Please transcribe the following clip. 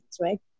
right